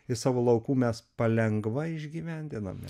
iš savo laukų mes palengva išgyvendiname